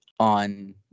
on